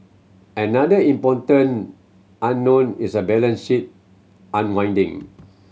another important unknown is a balance sheet unwinding